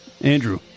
Andrew